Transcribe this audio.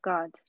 God